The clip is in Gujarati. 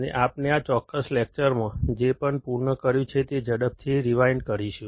અને આપણે આ ચોક્કસ લેકચરમાં જે પણ પૂર્ણ કર્યું છે તે ઝડપથી રીવાઇન્ડ કરીશું